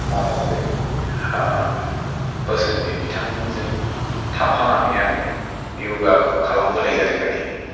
माखासे बोसोनगिरि बिथांमोनजों थाफानानै आङो य'गाखौ खालामबोनाय जादों आरखि